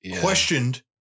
questioned